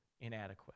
inadequate